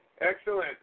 Excellent